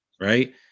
right